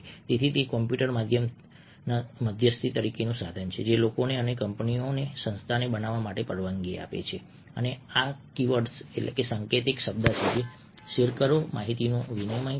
તેથી તે કમ્પ્યુટર મધ્યસ્થી સાધન છે જે લોકોને અને કંપનીઓ સંસ્થાને બનાવવા માટે પરવાનગી આપે છે આ કીવર્ડ્સાંકેતિક શબ્દ છે શેર કરો માહિતીનું વિનિમય કરો